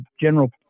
general